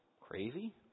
crazy